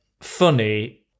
funny